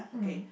mm